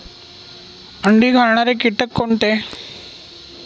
अंडी घालणारे किटक कोणते?